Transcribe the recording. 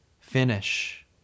finish